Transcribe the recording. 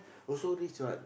also this right